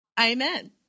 Amen